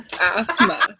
Asthma